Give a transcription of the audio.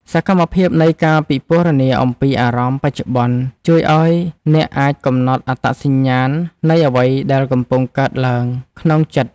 សកម្មភាពនៃការពិពណ៌នាអំពីអារម្មណ៍បច្ចុប្បន្ន ជួយឱ្យអ្នកអាចកំណត់អត្តសញ្ញាណនៃអ្វីដែលកំពុងកើតឡើងក្នុងចិត្ត។